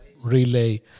Relay